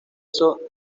eso